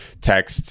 text